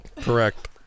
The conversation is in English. Correct